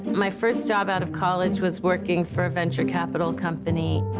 my first job out of college was working for a venture capital company,